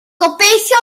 gobeithio